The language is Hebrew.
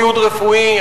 ציוד רפואי.